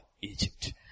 Egypt